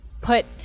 put